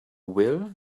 will